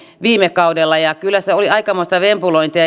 viime kaudella ja kyllä se oli aikamoista vempulointia